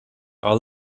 our